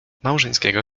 małżeńskiego